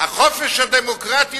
החופש הדמוקרטי,